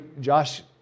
Josh